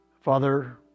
father